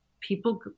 people